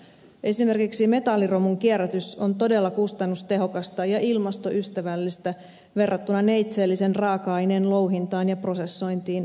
esimerkiksi metalliromun kierrätys on todella kustannustehokasta ja ilmastoystävällistä verrattuna neitseellisen raaka aineen louhintaan ja prosessointiin metalliksi